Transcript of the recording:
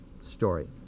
story